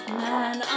man